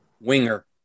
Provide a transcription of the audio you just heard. winger